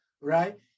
right